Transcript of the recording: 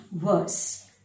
worse